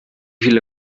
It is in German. viele